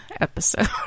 episode